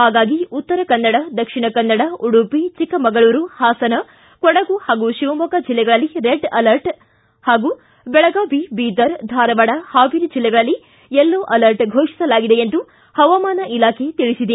ಪಾಗಾಗಿ ಉತ್ತರ ಕನ್ನಡ ದಕ್ಷಿಣ ಕನ್ನಡ ಉಡುಪಿ ಚಿಕ್ಕಮಗಳೂರು ಹಾಸನ ಕೂಡಗು ಹಾಗೂ ಶಿವಮೊಗ್ಗ ಜಿಲ್ಲೆಗಳಲ್ಲಿ red alert ಹಾಗೂ ಬೆಳಗಾವಿ ಬೀದರ್ ಧಾರವಾಡ ಪಾವೇರಿ ಜಿಲ್ಲೆಗಳಲ್ಲಿ ಯೆಲ್ಲೊ ಅಲರ್ಟ್ ಘೋಷಿಸಲಾಗಿದೆ ಎಂದು ಪವಾಮಾನ ಇಲಾಖೆ ತಿಳಿಸಿದೆ